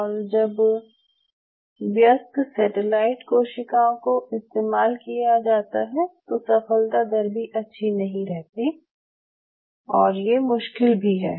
और जब व्यस्क सेटेलाइट कोशिकाओं को इस्तेमाल किया जाता है तो सफलता दर भी अच्छा नहीं रहता और ये मुश्किल भी है